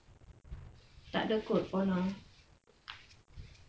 tak ada kot for now